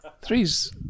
Three's